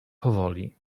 powoli